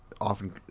often